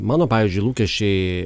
mano pavyzdžiui lūkesčiai